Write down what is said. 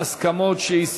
להסכמות עם הממשלה.